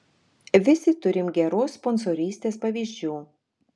visi turim geros sponsorystės pavyzdžių